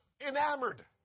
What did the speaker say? enamored